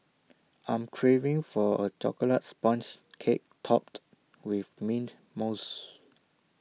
I am craving for A Chocolate Sponge Cake Topped with Mint Mousse